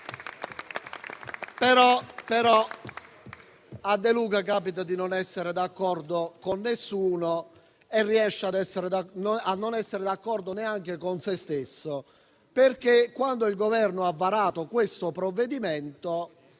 A De Luca però capita di non essere d'accordo con nessuno e riesce a non essere d'accordo neanche con se stesso, perché, quando il Governo ha varato questo provvedimento,